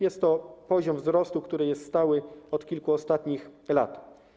Jest to poziom wzrostu, który jest stały od kilku ostatnich lat.